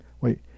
Wait